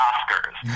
Oscars